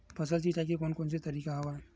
फसल सिंचाई के कोन कोन से तरीका हवय?